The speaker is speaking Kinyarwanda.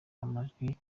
amajwi